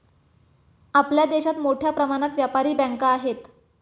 आपल्या देशात मोठ्या प्रमाणात व्यापारी बँका आहेत